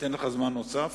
אתן לך זמן נוסף